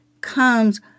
comes